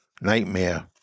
Nightmare